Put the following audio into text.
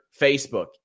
Facebook